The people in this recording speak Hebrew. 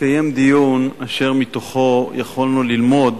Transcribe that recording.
התקיים דיון אשר מתוכו יכולנו ללמוד